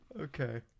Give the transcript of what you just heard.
Okay